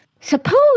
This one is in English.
Suppose